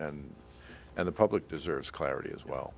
and and the public deserves clarity as well